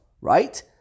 right